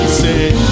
say